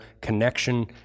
connection